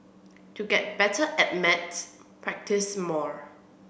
to get better at maths practise more